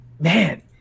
man